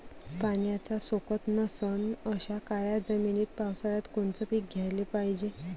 पाण्याचा सोकत नसन अशा काळ्या जमिनीत पावसाळ्यात कोनचं पीक घ्याले पायजे?